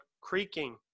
creaking